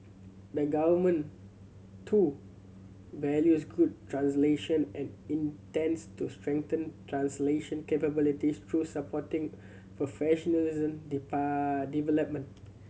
the Government too values good translation and intends to strengthen translation capabilities through supporting professional development